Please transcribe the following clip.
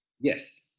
Yes